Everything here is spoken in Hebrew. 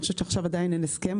אני חושבת שעכשיו עדיין אין הסכם,